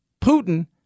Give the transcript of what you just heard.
putin